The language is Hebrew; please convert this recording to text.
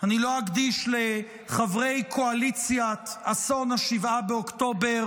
אני לא אקדיש לחברי קואליציית אסון 7 באוקטובר